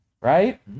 Right